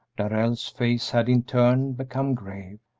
darrell's face had in turn become grave.